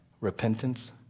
repentance